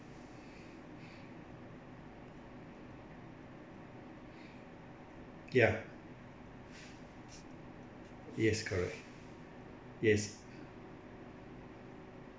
ya yes correct yes